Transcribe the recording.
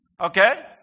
Okay